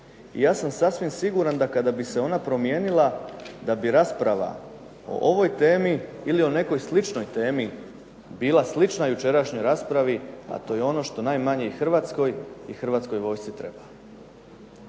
i ja sam sasvim siguran da kada bi se ona promijenila da bi rasprava o ovoj temi ili o nekoj sličnoj temi bila slična jučerašnjoj raspravi, a to je ono što najmanje i Hrvatskoj i hrvatskoj vojsci treba.